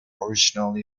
originally